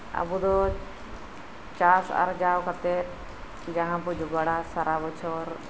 ᱟᱵᱩᱫᱚ ᱪᱟᱥ ᱟᱨᱡᱟᱣ ᱠᱟᱛᱮᱫ ᱡᱟᱦᱟᱸ ᱵᱩ ᱡᱚᱜᱟᱲᱟ ᱥᱟᱨᱟ ᱵᱚᱪᱷᱚᱨ